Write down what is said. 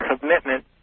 commitment